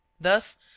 Thus